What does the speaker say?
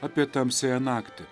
apie tamsiąją naktį